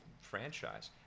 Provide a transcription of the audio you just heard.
franchise